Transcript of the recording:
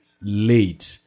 late